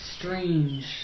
Strange